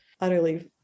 utterly